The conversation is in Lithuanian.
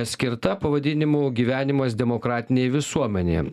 skirta pavadinimu gyvenimas demokratinėj visuomenėje